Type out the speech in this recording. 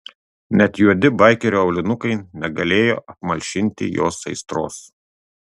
net juodi baikerio aulinukai negalėjo apmalšinti jos aistros